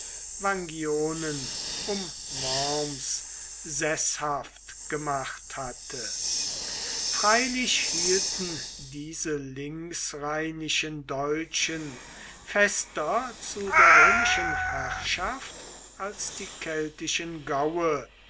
vangionen um worms seßhaft gemacht hatte freilich hielten diese linksrheinischen deutschen fester zu der römischen herrschaft als die keltischen gaue